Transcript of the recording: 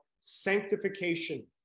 sanctification